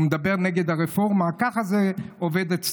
הוא מדבר נגד הרפורמה.